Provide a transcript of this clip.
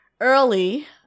early